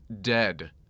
dead